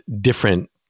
different